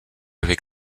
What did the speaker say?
avec